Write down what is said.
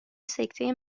سکته